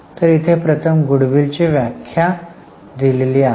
तर इथे प्रथम Goodwill ची व्याख्या दिलेली आहे